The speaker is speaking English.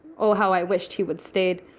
oh, how i wish he would've stayed.